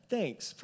Thanks